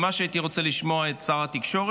ממש הייתי רוצה לשמוע את שר התקשורת,